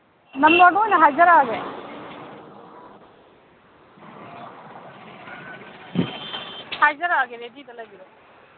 ꯅꯝꯕꯔꯗꯣ ꯑꯣꯏꯅ ꯍꯥꯏꯖꯔꯛꯑꯒꯦ ꯍꯥꯏꯖꯔꯛꯑꯒꯦ ꯔꯦꯗꯤꯗ ꯂꯩꯔꯤꯔꯣ